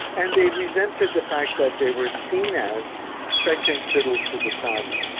and they resented the fact that they were seen as second fiddle to the saudis.